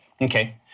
Okay